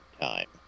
time